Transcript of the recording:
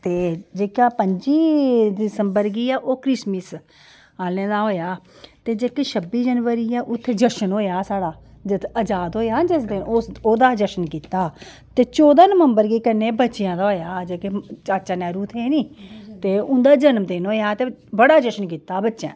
ते जेह्का पं'जी दिसम्बर गी ऐ ओह् हा क्रिसमस आह्ले गै हैहा ते जेह्का छब्बी जनवरी ऐ उत्थै जशन होआ हा साढा जदूं आजाद होआ हा ओह्दा जशन होआ हा ते चौदां नवम्बर गी बच्चेआं दा चाचा नेहरू हे निं ते होंदा जन्मदिन होआ हा बड़ा जशन कीता हा बच्चें